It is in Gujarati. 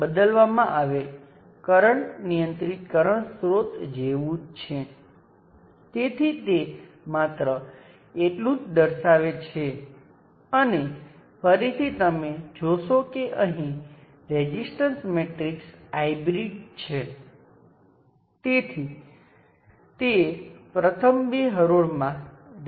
હવે આપણે ચકાસવું પડશે કે સર્કિટમાં કરંટ અને વોલ્ટેજ બદલાય છે કે કેમ સ્પષ્ટ રીતે તમે જુઓ છો કે રેઝિસ્ટર પાસે આપણી પાસે 1 વોલ્ટનો ડ્રોપ થાય છે જે 5 વોલ્ટ 4 વોલ્ટ છે